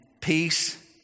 peace